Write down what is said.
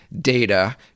data